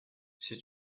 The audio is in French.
sais